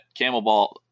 Camelball